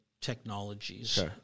technologies